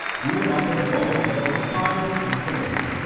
do them up into balls about the size of half an egg,